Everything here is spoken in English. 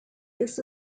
this